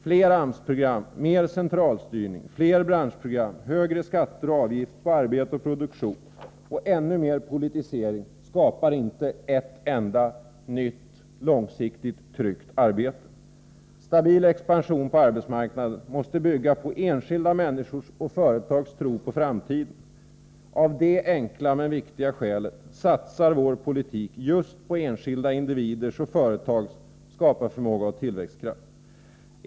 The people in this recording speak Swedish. Fler AMS-program, mer centralstyrning, fler branschprogram, högre skatter och avgifter på arbete och produktion och ännu mer politisering skapar inte ett enda nytt, långsiktigt tryggt arbete. Stabil expansion på arbetsmarknaden måste bygga på enskilda människors och företags tro på framtiden. Av detta enkla, men viktiga, skäl satsar vår politik just på enskilda individers och företags skaparförmåga och tillväxtkraft.